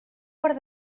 per